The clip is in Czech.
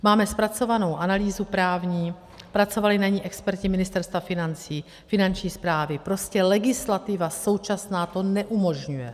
Máme zpracovanou analýzu právní, pracovali na ní experti Ministerstva financí, Finanční správy, prostě legislativa současná to neumožňuje.